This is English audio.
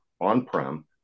on-prem